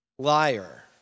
liar